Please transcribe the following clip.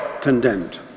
condemned